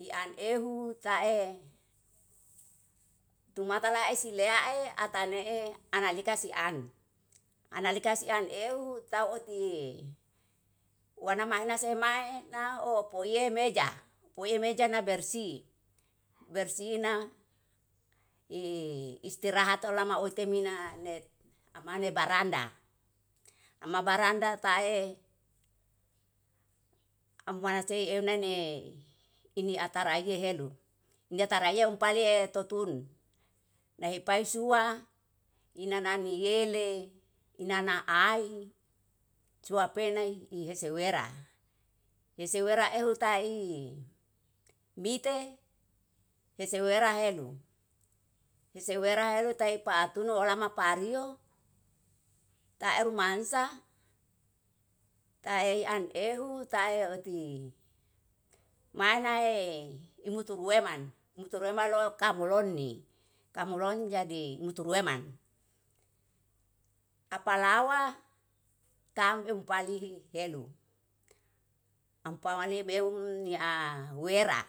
Ian ehu tae tumata lae silea ae atanee analika sian, analika sian ehu tau otie wana mahen nase mae nau opo iye meja. Opo iye meja nabersi, bersina i istirahat olama otie mina ne amane baranda. Ama baranda tae manasei eu nai ni ini atara ie helu jataraie upale e tutun, naih pae sua ina nani yele inana ai sua pe nai ihese wera isi wera ehu tai mite hesewera helu. Hese wera helu tae paitunu olama pario taeru mansa tae an ehu tae oti manae imuturue man, muturue man muturue malo kamoloni. Kamoloni jadi muturueman apalawa tam ehupalihi helu, ampa wali mehun nia wera